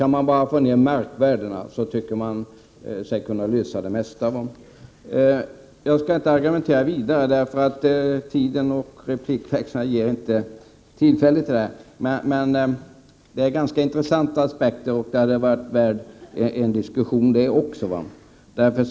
Kan man bara få ner markvärdena tycker man sig kunna lösa de flesta problemen. Jag skall inte argumentera vidare i denna fråga, eftersom repliktiden och antalet repliker inte ger utrymme för detta. Dessa frågor inrymmer ganska intressanta aspekter som också hade varit värda att diskutera.